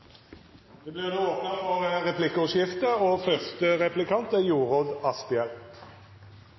Det blir for lettvint, og det er